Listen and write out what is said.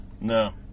No